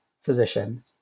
physician